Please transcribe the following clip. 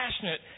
passionate